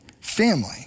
family